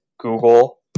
Google